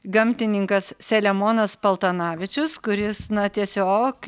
gamtininkas selemonas paltanavičius kuris na tiesiog